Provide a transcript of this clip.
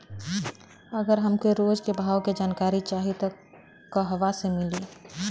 अगर हमके रोज के भाव के जानकारी चाही त कहवा से मिली?